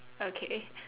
okay